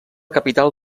capital